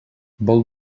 vol